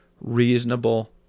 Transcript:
reasonable